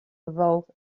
evolve